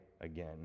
again